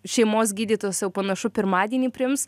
šeimos gydytojas jau panašu pirmadienį priims